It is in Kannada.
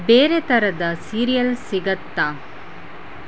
ಬೇರೆ ಥರದ ಸೀರಿಯಲ್ ಸಿಗತ್ತಾ